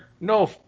no